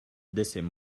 десем